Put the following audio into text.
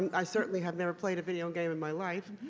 i certainly have never played a video game in my life,